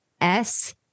S-